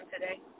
today